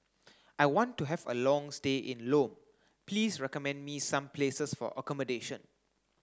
I want to have a long stay in Lome please recommend me some places for accommodation